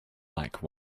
like